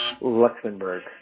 Luxembourg